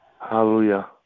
Hallelujah